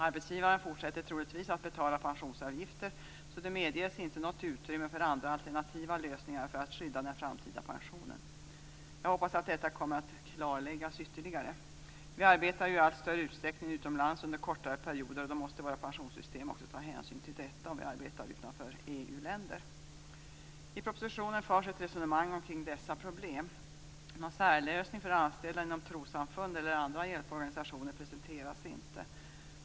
Arbetsgivaren fortsätter troligtvis att betala pensionsavgifter, så det medges inte något utrymme för andra alternativa lösningar för att skydda den framtida pensionen. Jag hoppas att detta kommer att klarläggas ytterligare. Vi arbetar i allt större utsträckning utomlands under kortare perioder, och då måste våra pensionssystem ta hänsyn till detta om vi arbetar utanför EU-länder. I propositionen förs ett resonemang kring dessa problem. Någon särlösning för anställda inom trossamfund eller andra hjälporganisationer presenteras inte.